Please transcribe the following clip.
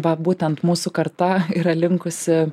va būtent mūsų karta yra linkusi